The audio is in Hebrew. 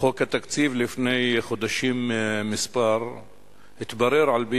חוק התקציב לפני חודשים מספר התברר על-פי